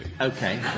Okay